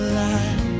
light